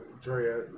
Drea